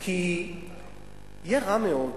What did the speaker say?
כי יהיה רע מאוד